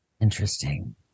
interesting